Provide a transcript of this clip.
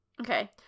Okay